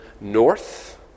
North